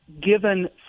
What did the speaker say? given